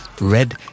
red